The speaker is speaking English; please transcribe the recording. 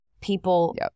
people